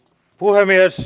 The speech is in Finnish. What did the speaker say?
puhemies